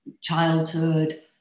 childhood